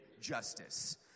justice